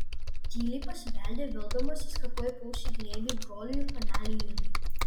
tyliai pasibeldė vildamasis kad tuoj puls į glėbį broliui ir panelei idai